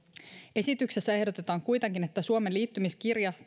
esityksessä ehdotetaan kuitenkin että suomen liittymiskirja